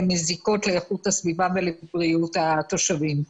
מזיקות לאיכות הסביבה ולבריאות התושבים.